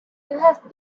have